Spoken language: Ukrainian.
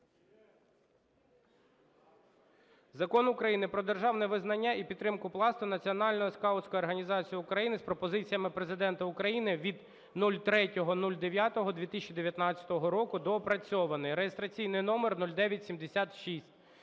Закон України "Про державне визнання і підтримку Пласту - Національної скаутської організації України" з пропозиціями Президента України від 03.09.2019 року (доопрацьований) (реєстраційний номер 0976).